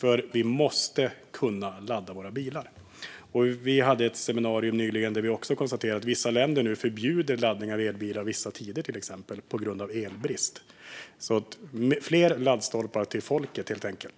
Man måste kunna ladda sin bil. Vi hade nyligen ett seminarium där vi konstaterade att vissa länder nu förbjuder laddning av elbilar vissa tider på grund av elbrist. Fler laddstolpar till folket, helt enkelt!